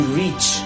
reach